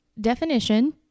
definition